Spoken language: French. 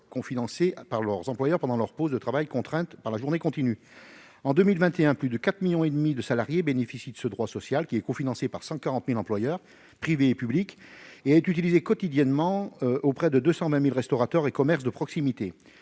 cofinancé par leur employeur pendant leur pause de travail contrainte par la journée continue. En 2021, plus de 4,5 millions de salariés bénéficient de ce droit social cofinancé par 140 000 employeurs privés comme publics et utilisé quotidiennement auprès de 220 000 restaurateurs ou commerces de proximité.